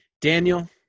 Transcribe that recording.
Daniel